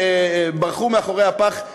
וברחו מאחורי הפח.